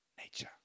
nature